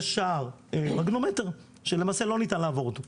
יש שער, מגנומטר שלמעשה לא ניתן לעבור אותו.